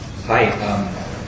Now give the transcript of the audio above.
Hi